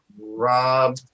Rob